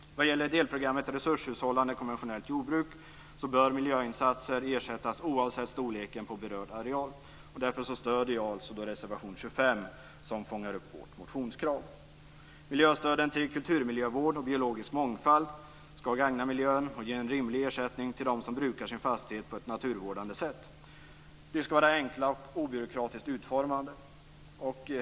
Vad gäller delprogrammet om resurshushållande i konventionellt jordbruk bör miljöinsatser ersättas oavsett storleken på berörd areal. Därför stöder jag reservation 25, som fångar upp vårt motionskrav. Miljöstöden till kulturmiljövård och biologisk mångfald skall gagna miljön och ge en rimlig ersättning till dem som brukar sin fastighet på ett naturvårdande sätt. De skall vara enkla och obyråkratiskt utformade.